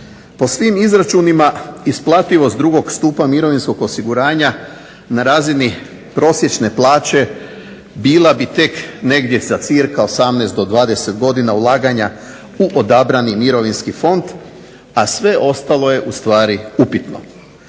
Po svim izračunima isplativost 2. Stupa mirovinskog osiguranja na razini prosječne plaće bila bi tek za cirka 18 do 20 godina ulaganja u odabrani mirovinski fond a sve ostalo je upitno.